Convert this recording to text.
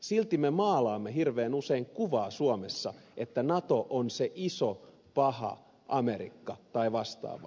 silti me maalaamme hirveän usein kuvaa suomessa että nato on se iso paha amerikka tai vastaavaa